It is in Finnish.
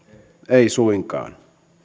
ei suinkaan